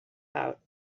out